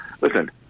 listen